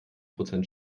prozent